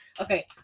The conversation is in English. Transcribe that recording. Okay